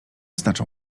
znaczą